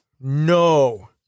no